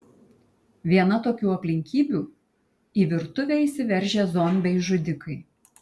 viena tokių aplinkybių į virtuvę įsiveržę zombiai žudikai